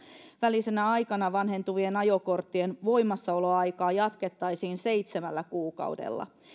välisenä aikana vanhentuvien ajokorttien voimassaoloaikaa jatkettaisiin seitsemällä kuukaudella